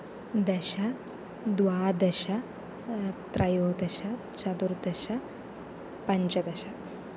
दश द्वादश त्रयोदश चतुर्दश पञ्चदश